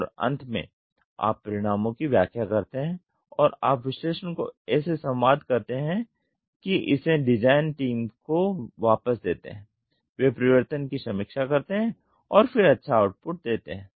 और अंत में आप परिणामों की व्याख्या करते हैं और आप विश्लेषण को ऐसे संवाद करते हैं कि इसे डिजाइन टीम को वापस देते है वे परिवर्तन की समीक्षा करते हैं और फिर अच्छा आउटपुट देते हैं